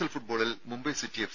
L ഫുട്ബോളിൽ Mumbai city F